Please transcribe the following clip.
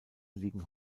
liegen